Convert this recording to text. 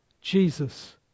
Jesus